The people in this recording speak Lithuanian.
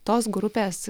tos grupės